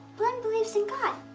blynn believes in god.